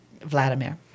Vladimir